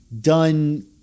done